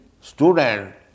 student